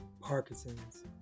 Parkinson's